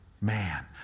Man